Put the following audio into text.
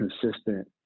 consistent